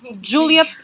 Julia